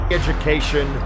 education